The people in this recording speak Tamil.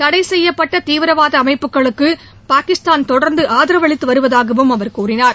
தளட செய்யப்பட்ட தீவிரவாத அமைப்புகளுக்கு பாகிஸ்தான் தொடர்ந்து ஆதரவு அளித்து வருவதாகவும் அவர் கூறினார்